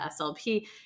SLP